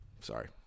Sorry